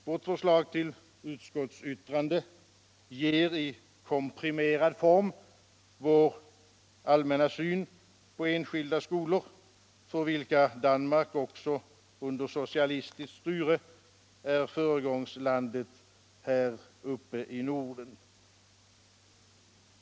Vårt förslag till utskottsyttrande ger i komprimerad form vår allmänna syn på enskilda skolor, för vilka Danmark —- också under socialistiskt styre — är föregångslandet här uppe i Norden.